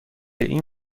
این